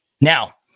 Now